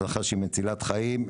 הדרכה מצילת חיים.